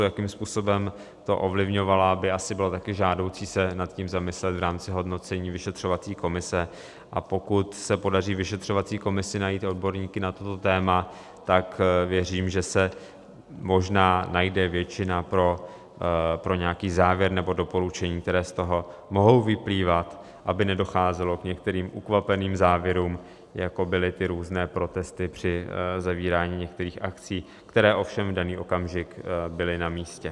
Jakým způsobem to ovlivňovala, by asi bylo také žádoucí se nad tím zamyslet v rámci hodnocení vyšetřovací komise, a pokud se podaří vyšetřovací komisi najít odborníky na toto téma, tak věřím, že se možná najde většina pro nějaký závěr nebo doporučení, která z toho mohou vyplývat, aby nedocházelo k některým ukvapeným závěrům, jako byly různé protesty při zavírání některých akcí, které ovšem v daný okamžik byly namístě.